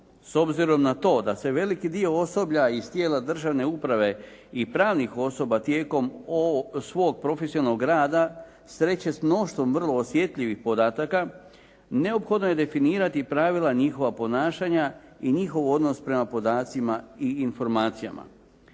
S obzirom na to da se veliki dio osoblja iz tijela državne uprave i pravnih osoba tijekom svog profesionalnog rada sreće s mnoštvom vrlo osjetljivih podataka, neophodno je definirati pravila njihova ponašanja i njihov odnos prema podacima i informacijama.